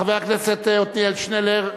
חבר הכנסת עתניאל שנלר,